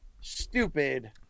Stupid